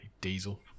Diesel